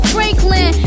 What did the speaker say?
Franklin